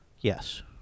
Yes